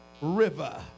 River